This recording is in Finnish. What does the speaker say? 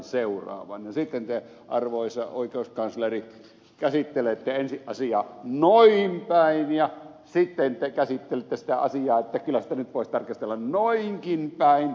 sitten te arvoisa oikeuskansleri käsittelette ensin asiaa noinpäin ja sitten te käsittelette sitä asiaa sanoen että kyllä sitä nyt voisi tarkastella noinkinpäin